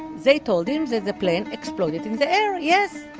they told him that the plane exploded in the air, yes!